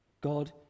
God